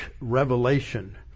revelation